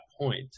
point